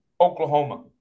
Oklahoma